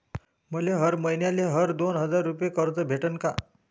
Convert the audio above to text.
मले हर मईन्याले हर दोन हजार रुपये कर्ज भेटन का?